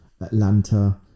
Atlanta